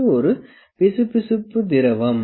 இது ஒரு பிசுபிசுப்பு திரவம்